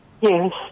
Yes